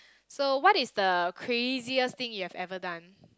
so what is the craziest thing you have ever done